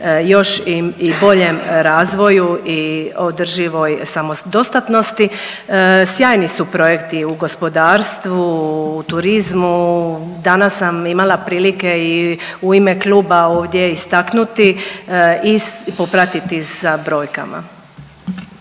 još i boljem razvoju i održivoj samodostatnosti. Sjajni su projekti u gospodarstvu, u turizmu. Danas sam imala prilike i u ime kluba ovdje istaknuti i popratiti sa brojkama.